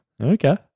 Okay